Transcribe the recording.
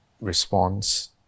response